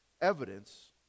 evidence